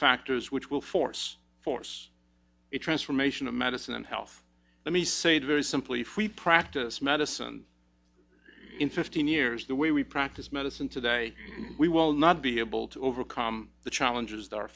factors which will force force a transformation of medicine and health let me say very simply free practice medicine in fifteen years the way we practice medicine today we will not be able to overcome the challenges that are